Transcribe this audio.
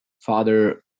Father